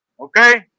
okay